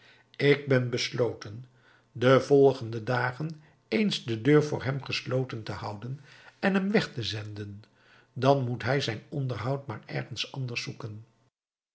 ik ben besloten de volgende dagen eens de deur voor hem gesloten te houden en hem weg te zenden dan moet hij zijn onderhoud maar ergens anders zoeken